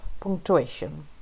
punctuation